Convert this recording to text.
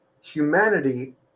Humanity